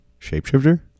Shapeshifter